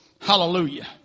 Hallelujah